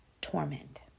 torment